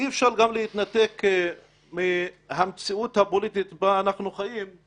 ואי אפשר גם להתנתק מהמציאות הפוליטית בה אנחנו חיים,